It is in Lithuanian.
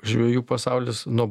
žvejų pasaulis nu